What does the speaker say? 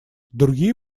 другие